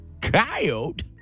Coyote